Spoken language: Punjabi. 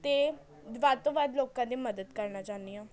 ਅਤੇ ਵੱਧ ਤੋਂ ਵੱਧ ਲੋਕਾਂ ਦੀ ਮਦਦ ਕਰਨਾ ਚਾਹੁੰਦੀ ਹਾਂ